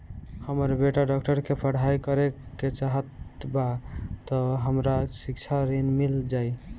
हमर बेटा डाक्टरी के पढ़ाई करेके चाहत बा त हमरा शिक्षा ऋण मिल जाई?